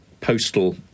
postal